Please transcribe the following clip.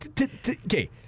okay